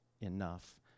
enough